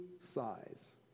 size